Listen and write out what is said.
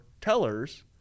tellers